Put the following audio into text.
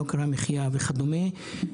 עלייה ביוקר המחייה וכדומה,